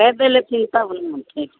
अएबै लेथिन तब ने ठीक